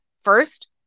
first